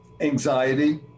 anxiety